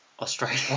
Australia